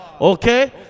Okay